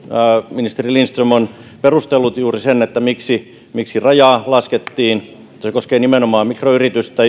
ministeri lindström on perustellut juuri sen miksi miksi rajaa laskettiin se se koskee nimenomaan mikroyrityksiä